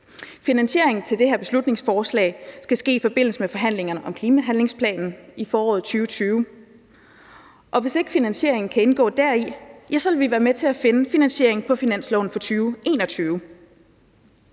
Finansieringen af det her beslutningsforslag skal ske i forbindelse med forhandlingerne om klimahandlingsplanen i foråret 2020, og hvis ikke finansieringen kan indgå deri, ja, så vil vi være med til at finde finansieringen på finansloven for 2021.